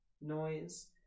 noise